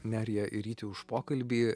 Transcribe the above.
nerija ir ryti už pokalbį